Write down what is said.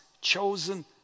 chosen